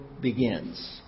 begins